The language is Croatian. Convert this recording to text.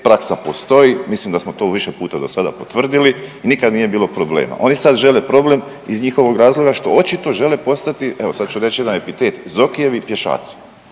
praksa postoji, mislim da smo u više puta do sada potvrdili, nikad nije bilo problema. Oni sad žele problem iz njihovog razloga što očito žele postati, evo, sad ću reći jedan epitet, Zokijevi pješaci,